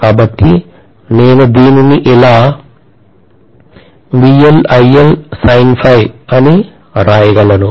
కాబట్టి నేను దీనిని ఇలా అని వ్రాయగలను